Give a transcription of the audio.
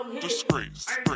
disgrace